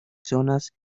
zonas